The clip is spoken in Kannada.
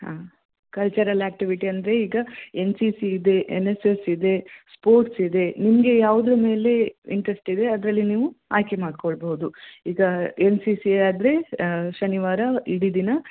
ಹಾಂ ಕಲ್ಚರಲ್ ಆ್ಯಕ್ಟಿವಿಟಿ ಅಂದರೆ ಈಗ ಎನ್ ಸಿ ಸಿ ಇದೆ ಎನ್ ಎಸ್ ಎಸ್ ಇದೆ ಸ್ಪೋರ್ಟ್ಸ್ ಇದೆ ನಿಮಗೆ ಯಾವುದರ ಮೇಲೆ ಇಂಟ್ರೆಸ್ಟ್ ಇದೆ ಅದರಲ್ಲಿ ನೀವು ಆಯ್ಕೆ ಮಾಡ್ಕೊಳ್ಬೋದು ಈಗ ಎನ್ ಸಿ ಸಿ ಆದರೆ ಶನಿವಾರ ಇಡೀ ದಿನ